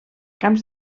camps